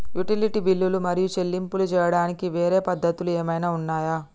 Utility బిల్లులు మరియు చెల్లింపులు చేయడానికి వేరే పద్ధతులు ఏమైనా ఉన్నాయా?